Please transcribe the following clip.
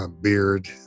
beard